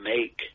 make